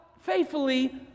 faithfully